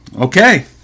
Okay